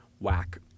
whack